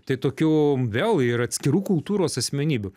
tai tokių vėl ir atskirų kultūros asmenybių